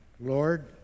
Lord